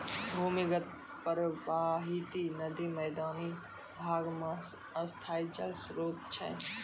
भूमीगत परबाहित नदी मैदानी भाग म स्थाई जल स्रोत छै